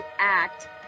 act